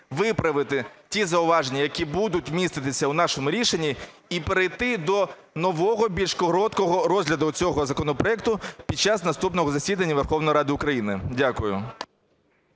виправити ті зауваження, які будуть міститися в нашому рішенні. І перейти до нового, більш короткого розгляду цього законопроекту під час наступного засідання Верховної Ради України. Дякую.